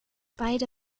beide